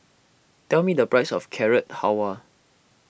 tell me the price of Carrot Halwa